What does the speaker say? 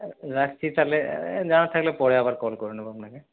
রাখছি তাহলে যাওয়ার থাকলে পরে আবার কল করে নেব আপনাকে